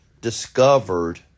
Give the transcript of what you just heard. discovered